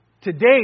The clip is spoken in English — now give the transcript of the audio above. today